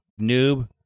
noob